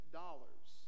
dollars